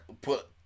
put